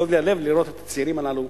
כואב לי הלב לראות את הצעירים הללו,